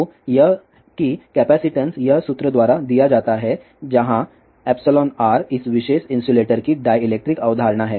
तो यह कि कैपेसिटंस यह सूत्र द्वारा दिया जाता है जहां εr इस विशेष इन्सुलेटर की डाईइलेक्ट्रीक अवधारणा है